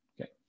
Okay